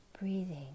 breathing